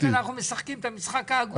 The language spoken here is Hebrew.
אם אנחנו משחקים את המשחק ההגון הזה?